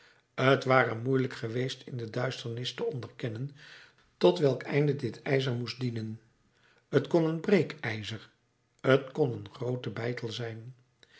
t ware moeielijk geweest in de duisternis te onderkennen tot welk einde dit ijzer moest dienen t kon een breekijzer t kon een groote beitel zijn